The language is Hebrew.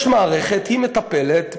יש מערכת, היא מטפלת.